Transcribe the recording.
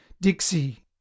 Dixie